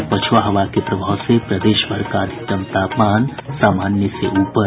और पछुआ हवा के प्रभाव से प्रदेशभर का अधिकतम तापमान सामान्य से ऊपर